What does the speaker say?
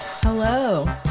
Hello